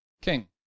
King